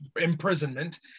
imprisonment